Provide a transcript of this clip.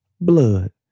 blood